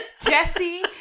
Jesse